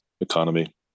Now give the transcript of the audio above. economy